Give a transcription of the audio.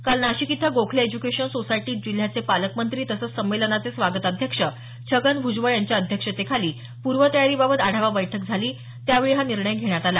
काल नाशिक इथं गोखले एज्यूकेशन सोसायटीत जिल्ह्याचे पालकमंत्री तसंच संमेलनाचे स्वागताध्यक्ष छगन भुजबळ यांच्या अध्यक्षतेखाली पूर्वतयारीबाबत आढावा बैठक झाली त्यावेळी हा निर्णय घेण्यात आला